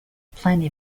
plenty